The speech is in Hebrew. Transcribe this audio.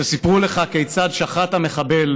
סיפרו לך כיצד שחט המחבל